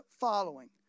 following